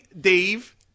Dave